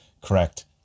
correct